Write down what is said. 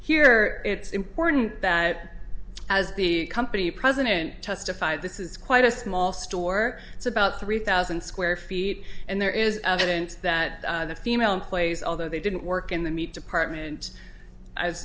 here it's important that as the company president testified this is quite a small store it's about three thousand square feet and there is evidence that the female employees although they didn't work in the meat